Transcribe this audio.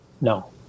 No